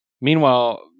meanwhile